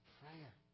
prayer